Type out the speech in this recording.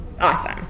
awesome